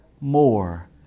more